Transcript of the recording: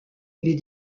les